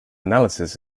analysis